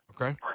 Okay